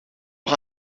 wij